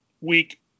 week